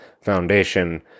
foundation